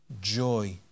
joy